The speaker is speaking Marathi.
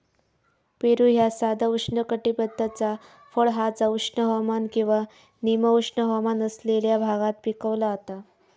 पेरू ह्या साधा उष्णकटिबद्धाचा फळ हा जा उष्ण हवामान किंवा निम उष्ण हवामान असलेल्या भागात पिकवला जाता